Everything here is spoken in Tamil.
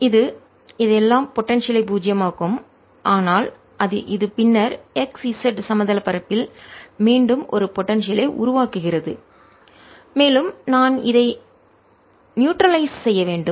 இது இதையெல்லாம் போடன்சியல் ஐ பூஜ்ஜியமாக்கும் ஆனால் இது பின்னர் xz சமதள பரப்பு ல் மீண்டும் ஒரு போடன்சியல் ஐ உருவாக்குகிறது மேலும் நான் இதை நியூட்ரலைஸ் நடுநிலை படுத்த செய்ய வேண்டும்